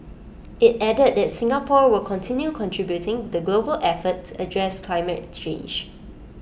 IT added that Singapore will continue contributing to the global effort to address climate